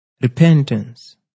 repentance